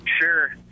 Sure